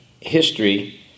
history